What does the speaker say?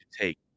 take